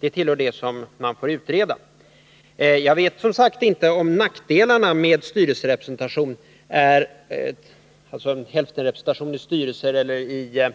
Det tillhör det som vi får utreda. Jag vet, som sagt, inte om nackdelarna med hälftenrepresentation i styrelse eller